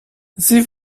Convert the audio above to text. sie